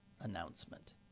announcement